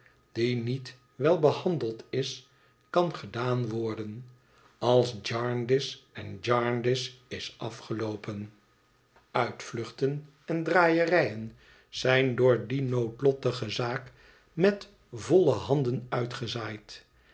die niet wel behandeld is kan gedaan worden als jarndyce en jarndyce is afgeloopen uithet verlaten huis vluchten en draaierijen zijn door die noodlottige zaak met volle handen uitgezaaid